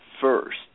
first